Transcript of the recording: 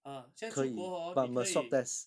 ah 现在出国 hor 你可以